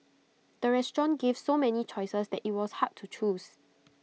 the restaurant gave so many choices that IT was hard to choose